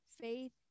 Faith